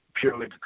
purely